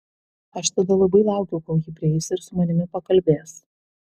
aš tada labai laukiau kol ji prieis ir su manimi pakalbės